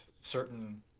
certain